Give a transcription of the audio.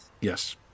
Yes